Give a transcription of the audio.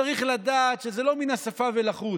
וצריך לדעת שזה לא מן השפה ולחוץ.